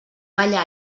balla